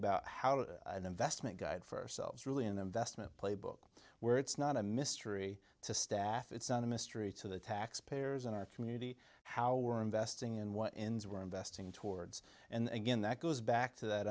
about how the investment guide for ourselves really an investment playbook where it's not a mystery to staff it's not a mystery to the taxpayers in our community how we're investing in what we're investing towards and again that goes back to that